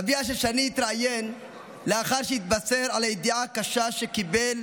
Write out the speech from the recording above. אביה של שני התראיין לאחר שהתבשר בידיעה הקשה שקיבל,